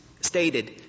stated